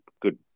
good